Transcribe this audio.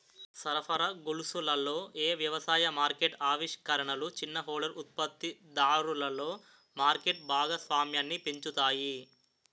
సరఫరా గొలుసులలో ఏ వ్యవసాయ మార్కెట్ ఆవిష్కరణలు చిన్న హోల్డర్ ఉత్పత్తిదారులలో మార్కెట్ భాగస్వామ్యాన్ని పెంచుతాయి?